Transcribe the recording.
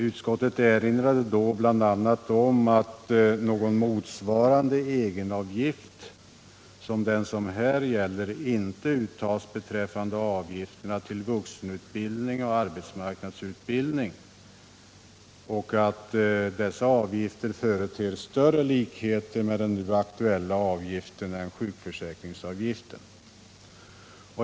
Utskottet erinrade då bl.a. om att någon avgift motsvarande den som här gäller inte uttas beträffande avgifterna till vuxenutbildning och arbetsmarknadsutbildning och att dessa avgifter företer större likheter med den nu aktuella avgiften än sjukförsäkringsavgiften.